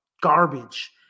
garbage